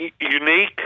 unique